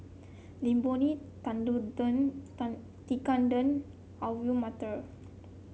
Imoni Tekkadon Alu Matar